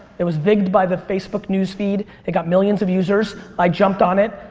it was vigged by the facebook newsfeed, it got millions of users, i jumped on it,